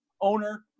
owner